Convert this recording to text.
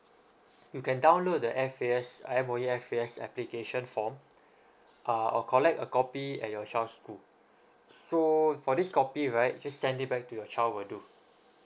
you can download the F_A_S M_O_E F_A_S application form uh or collect a copy at your child's school so for this copy right just send it back to your child will do